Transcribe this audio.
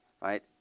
right